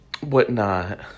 whatnot